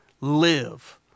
live